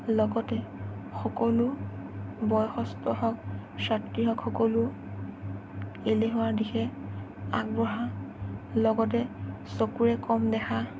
লগতে সকলো বয়সস্থ হওক ছাত্ৰী হওক সকলো এলেহুৱাৰ দিশে আগবঢ়া লগতে চকুৰে কম দেখা